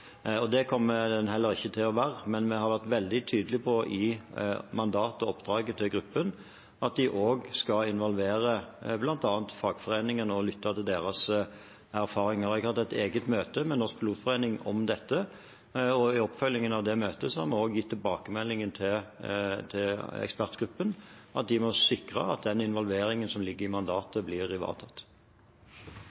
Det kommer den heller ikke til å være, men jeg har vært veldig tydelig i mandatet og oppdraget til gruppen på at de også skal involvere bl.a. fagforeningene og lytte til deres erfaringer. Jeg hadde et eget møte med Norsk Pilotforbund om dette, og i oppfølgingen av det møtet har jeg gitt tilbakemelding til ekspertgruppen om at de må sikre at den involveringen som ligger i